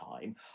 time